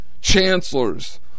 chancellors